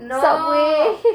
subway